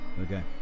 Okay